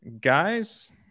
guys